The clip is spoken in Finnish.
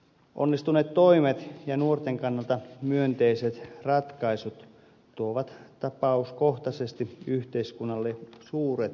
onnistuneet toimet ja nuorten kannalta myönteiset ratkaisut tuovat tapauskohtaisesti yhteiskunnalle suuret säästöt